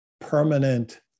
permanent